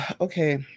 okay